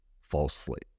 falsely